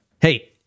hey